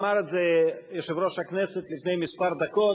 אמר את זה יושב-ראש הכנסת לפני כמה דקות,